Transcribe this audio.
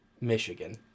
Michigan